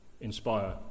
inspire